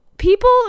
people